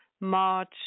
March